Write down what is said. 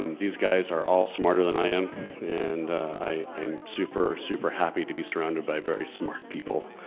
these guys are all smarter than i am and i am super, super happy to be surrounded by very smart people.